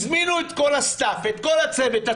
הזמינו את כל הצוות את הצלמים,